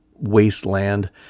wasteland